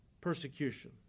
persecution